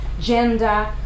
gender